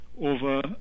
over